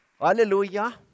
Hallelujah